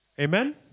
Amen